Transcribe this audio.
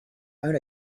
own